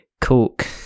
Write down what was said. Coke